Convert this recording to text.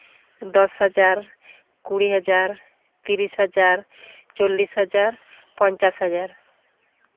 ᱫᱚᱥ ᱦᱟᱡᱟᱨ ᱠᱩᱲᱤ ᱦᱟᱡᱟᱨ ᱛᱤᱨᱤᱥ ᱦᱟᱡᱟᱨ ᱪᱚᱞᱞᱤᱥ ᱦᱟᱡᱟᱨ ᱯᱚᱧᱪᱟᱥ ᱦᱟᱡᱟᱨ